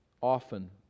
often